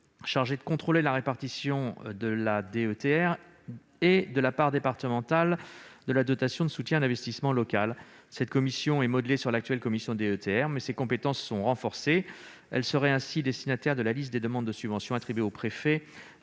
chargée de contrôler la répartition de la DETR et de la part départementale de la DSIL. Cette commission serait modelée sur l'actuelle commission DETR, mais ses compétences seraient renforcées. Elle serait ainsi destinataire de la liste des demandes de subvention adressée au préfet